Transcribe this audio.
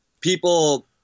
people